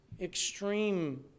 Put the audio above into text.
extreme